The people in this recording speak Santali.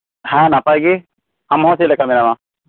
ᱦᱮᱸ ᱱᱟᱯᱟᱭᱜᱤ ᱟᱢᱦᱚᱸ ᱪᱮᱫ ᱞᱮᱠᱟ ᱢᱮᱱᱟᱢᱟ